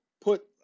put